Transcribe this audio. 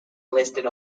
listed